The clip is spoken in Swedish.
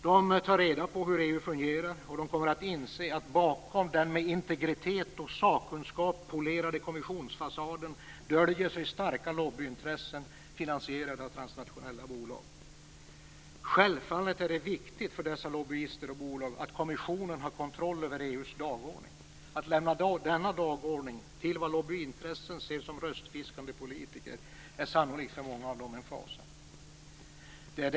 De tar reda på hur EU fungerar, och de kommer att inse att bakom den med integritet och sakkunskap polerade kommissionsfasaden döljer sig starka lobbyintressen finansierade av transnationella bolag. Självfallet är det viktigt för dessa lobbyister och bolag att kommissionen har kontroll över EU:s dagordning. Att lämna denna dagordning till vad lobbyintressen ser som röstfiskande politiker är sannolikt för många av dem en fasa.